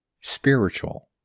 spiritual